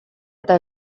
eta